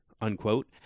unquote